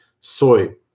soy